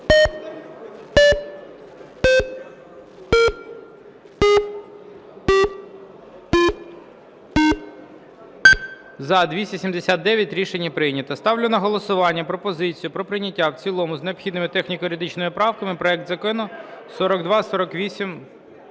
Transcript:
За-279 Рішення прийнято. Ставлю на голосування пропозицію про прийняття в цілому з необхідними техніко-юридичними правками проект Закону 4248...